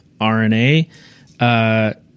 RNA